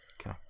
Okay